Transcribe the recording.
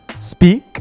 speak